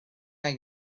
iau